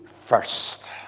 first